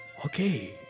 Okay